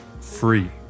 free